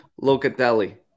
Locatelli